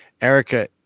Erica